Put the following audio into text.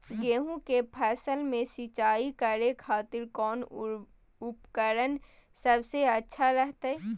गेहूं के फसल में सिंचाई करे खातिर कौन उपकरण सबसे अच्छा रहतय?